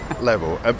level